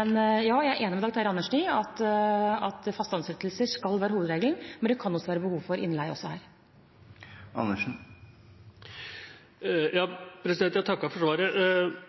men ja, jeg er enig med Dag Terje Andersen i at faste ansettelser skal være hovedregelen, men det kan være behov for innleie også her. Jeg takker for svaret.